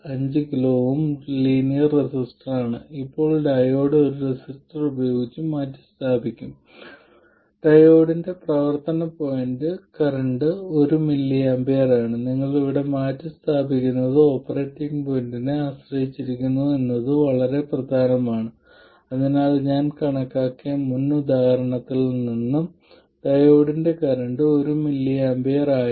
അതുപോലെ ഈ രണ്ട് ഗ്രാഫുകളും നിങ്ങൾക്ക് y12 നൽകുന്നു ഇത് ഓപ്പറേറ്റിംഗ് പോയിന്റിൽ V2 നെ സംബന്ധിച്ച f1 ന്റെ ഡെറിവേറ്റീവ് ആണ്